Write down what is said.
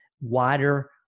wider